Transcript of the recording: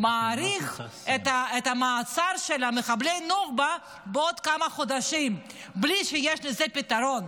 מאריך את המעצר של מחבלי הנוח'בה בעוד כמה חודשים בלי שיש לזה פתרון.